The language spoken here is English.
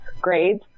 grades